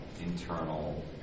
internal